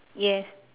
yes